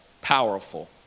powerful